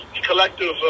collective